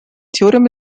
theorem